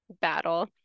battle